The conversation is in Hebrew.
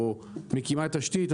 או מקימה תשתית,